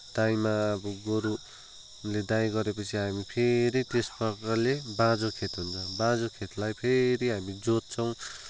दाइँमा अब गोरुले दाइँ गरेपछि हामी फेरि त्यस प्रकारले बाँझो खेत हुन्छ बाँझो खेतलाई फेरि हामी जोत्छौँ